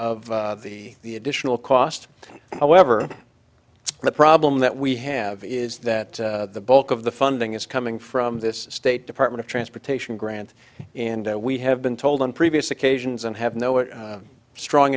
of the the additional cost however the problem that we have is that the bulk of the funding is coming from this state department of transportation grant and we have been told on previous occasions and have no a strong